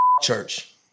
church